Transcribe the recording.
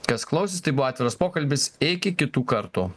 kas klausės tai buvo atviras pokalbis iki kitų kartų